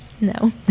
no